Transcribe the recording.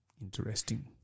Interesting